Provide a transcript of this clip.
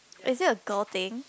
is it a girl thing